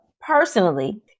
personally